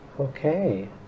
Okay